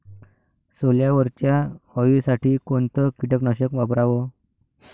सोल्यावरच्या अळीसाठी कोनतं कीटकनाशक वापराव?